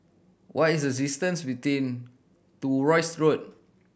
what is the distance between to Rosyth Road